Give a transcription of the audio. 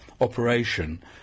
operation